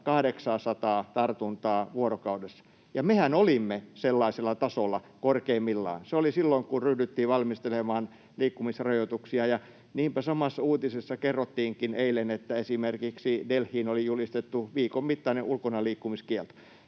800:aa tartuntaa vuorokaudessa. Ja mehän olimme sellaisella tasolla korkeimmillaan. Se oli silloin, kun ryhdyttiin valmistelemaan liikkumisrajoituksia. Niinpä samassa uutisessa kerrottiinkin eilen, että esimerkiksi Delhiin oli julistettu viikon mittainen ulkonaliikkumiskielto.